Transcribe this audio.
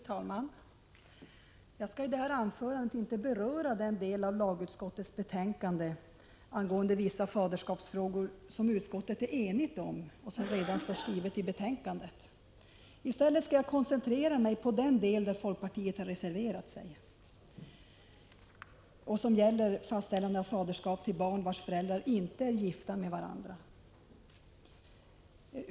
Fru talman! Jag skall i detta anförande inte beröra den del av lagutskottets betänkande angående vissa faderskapsfrågor som utskottet är enigt om — det står redan i handlingarna. I stället skall jag koncentrera mig på den del där folkpartiet reserverat sig och som gäller fastställande av faderskap till barn vars föräldrar inte är gifta med varandra.